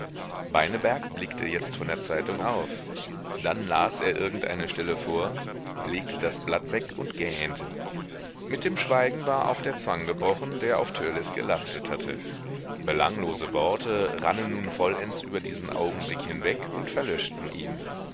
beineberg blickte jetzt von der zeitung auf dann las er irgendeine stelle vor legte das blatt weg und gähnte mit dem schweigen war auch der zwang gebrochen der auf törleß gelastet hatte belanglose worte rannen nun vollends über diesen augenblick hinweg und verlöschten ihn